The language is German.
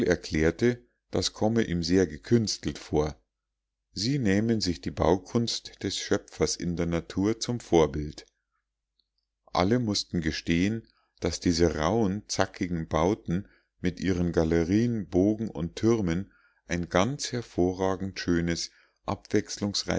erklärte das komme ihm sehr gekünstelt vor sie nähmen sich die baukunst des schöpfers in der natur zum vorbild alle mußten gestehen daß diese rauhen zackigen bauten mit ihren galerien bogen und türmen ein ganz hervorragend schönes